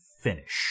finish